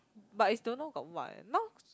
but is don't know got what eh now